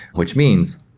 which means,